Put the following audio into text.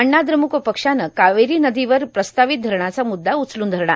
अण्णाद्रम्क पक्षानं कावेरांनदांवर प्रस्तार्वावत धरणाचा मुद्दा उचलून धरला